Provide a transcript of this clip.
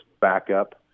backup